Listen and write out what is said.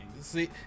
see